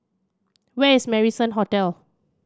where is Marrison Hotel